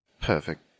Perfect